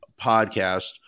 podcast